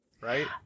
right